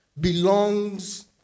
belongs